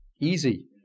Easy